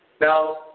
Now